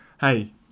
Hey